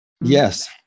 Yes